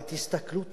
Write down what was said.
אבל תסתכלו,